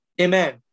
Amen